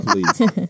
please